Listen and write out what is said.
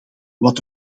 wat